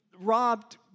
robbed